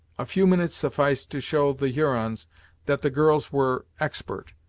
a few minutes sufficed to show the hurons that the girls were expert,